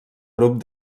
grup